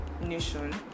nation